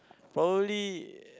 probably